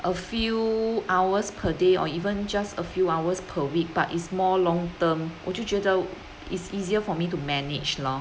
a few hours per day or even just a few hours per week but it's more long term 我就觉得 it's easier for me to manage lor